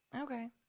Okay